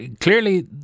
clearly